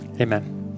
Amen